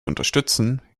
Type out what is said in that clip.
unterstützen